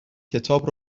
کتاب